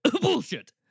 Bullshit